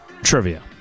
Trivia